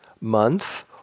month